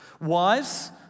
wives